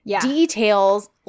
details